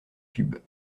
cubes